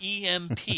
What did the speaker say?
EMP